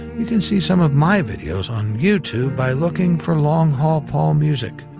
you can see some of my videos on youtube by looking for long haul paul music.